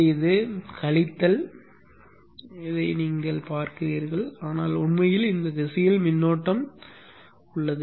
எனவே இது கழித்தல் காட்டப்படுவதை நீங்கள் காண்கிறீர்கள் ஆனால் உண்மையில் இந்த திசையில் மின்னோட்டம் ஓட்டத்தில் உள்ளது